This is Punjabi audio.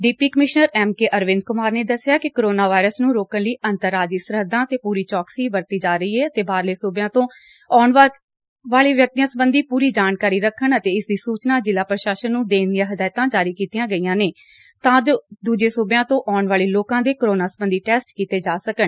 deputy commissioner M K Arvind Kumar ਨੇ ਦੱਸਿਆ ਕਿ ਕੋਰੋਨਾ ਵਾਇਰਸ ਨੂੰ ਰੋਕਣ ਲਈ ਅੰਤਰ ਰਾਜੀ ਸਰਹੱਦਾਂ ਤੇ ਪੁਰੀ ਚੌਕਸੀ ਵਰਤੀ ਜਾ ਰਹੀ ਏ ਅਤੇ ਬਾਹਰਲੇ ਸੁਬਿਆਂ ਤੋਂ ਆਉਣ ਵਾਲੇ ਵਿਅਕਤੀਆਂ ਸਬੰਧੀ ਪੁਰੀ ਜਾਣਕਾਰੀ ਰੱਖਣ ਅਤੇ ਇਸਦੀ ਸੁਚਨਾ ਜਿਲਾ ਪੁਸ਼ਾਸਨ ਨੂੰ ਦੇਣ ਦੀਆਂ ਹਦਾਇਤਾਂ ਜਾਰੀ ਕੀਤੀਆਂ ਗਈਆਂ ਨੇ ਤਾਂ ਜੋ ਦੁਜੇ ਸੁਬਿਆਂ ਤੋ ਆਉਣ ਵਾਲੇ ਲੋਕਾਂ ਦੇ ਕੋਰੋਨਾ ਸਬੰਧੀ ਟੈਸਟ ਕੀਤੇ ਜਾ ਸਕਣ